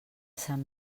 sant